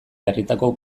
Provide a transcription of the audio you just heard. jarritako